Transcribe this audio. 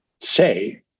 say